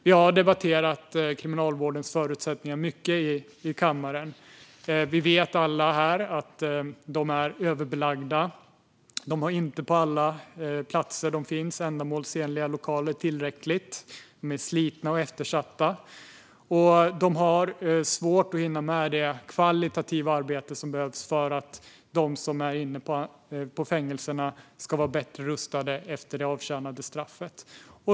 Vi har debatterat Kriminalvårdens förutsättningar mycket i kammaren. Vi vet alla här att de är överbelagda. De har inte tillräckligt med ändamålsenliga lokaler på alla platser där de finns. Lokalerna är slitna och eftersatta. Kriminalvården har svårt att hinna med det kvalitativa arbete som behövs för att de som är inne på fängelserna ska vara bättre rustade efter avtjänat straff.